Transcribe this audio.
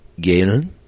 Galen